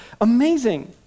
amazing